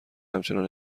همچنان